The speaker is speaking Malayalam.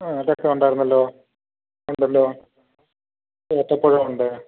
ആ ചക്ക ഉണ്ടായിരുന്നല്ലൊ ഉണ്ടല്ലോ ഏത്തപ്പഴമുണ്ട്